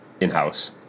in-house